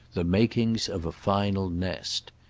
the makings of a final nest.